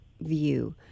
view